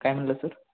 काय म्हणाला सर